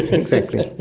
exactly,